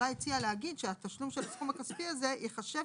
להגיד שהתשלום של הסכום הכספי הזה ייחשב